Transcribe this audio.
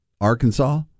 Arkansas